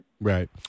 Right